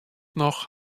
noch